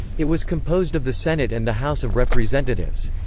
it was composed of the senate and the house of representatives.